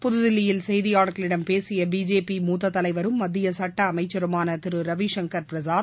புதுதில்லியில் செய்தியாளர்களிடம் பேசிய பிஜேபி மூத்த தலைவரும் மத்திய சுட்ட அமைச்சருமான திரு ரவிசங்கர் பிரசாத்